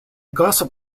gossip